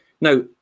Now